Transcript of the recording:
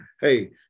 hey